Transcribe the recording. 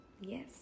Yes